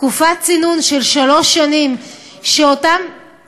תקופת צינון של שלוש שנים לא